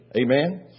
Amen